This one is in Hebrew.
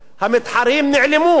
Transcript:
המתחרים נעלמו.